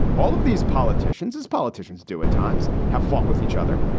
all of these politicians, as politicians do at times, have fought with each other,